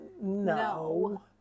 no